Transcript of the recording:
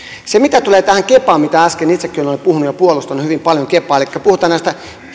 mitä tulee kepaan mistä äsken itsekin olen puhunut ja puolustanut hyvin paljon elikkä puhutaan näistä